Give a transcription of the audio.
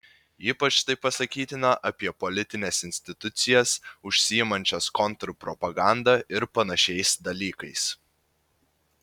ypač tai pasakytina apie politines institucijas užsiimančias kontrpropaganda ir panašiais dalykais